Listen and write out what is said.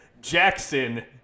Jackson